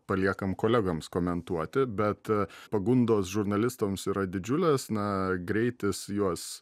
paliekam kolegoms komentuoti bet pagundos žurnalistams yra didžiulės na greitis juos